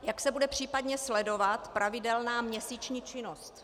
Jak se bude případně sledovat pravidelná měsíční činnost?